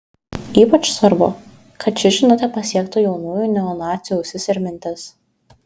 ypač svarbu kad ši žinutė pasiektų jaunųjų neonacių ausis ir mintis